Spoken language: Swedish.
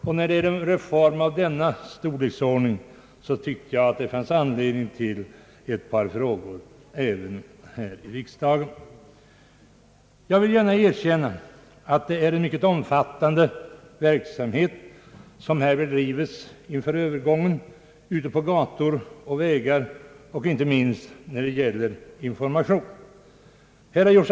Eftersom reformen är av denna storleksordning ansåg jag att det fanns anledning till ett par frågor även här i riksdagen. Jag vill gärna erkänna att det är en mycket omfattande verksamhet som inför övergången bedrivs ute på gator och vägar och inte minst när det gäller information.